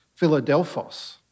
Philadelphos